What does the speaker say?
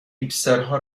هیپسترها